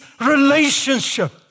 relationship